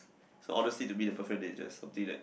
so honestly to me the perfect date is just something that